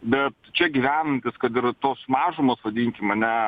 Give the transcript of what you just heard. bet čia gyvenantys kad ir tos mažumos vadinkim ane